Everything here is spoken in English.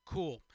Cool